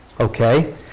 okay